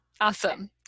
Awesome